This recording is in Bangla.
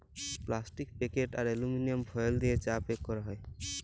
প্লাস্টিক প্যাকেট আর এলুমিলিয়াম ফয়েল দিয়ে চা প্যাক ক্যরা যায়